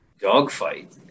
Dogfight